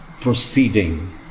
proceeding